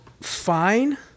fine